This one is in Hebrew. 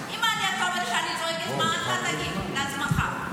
אם אתה אומר שאני צועקת, מה אתה תגיד על עצמך?